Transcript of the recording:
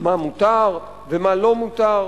מה מותר ומה לא מותר.